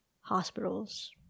hospitals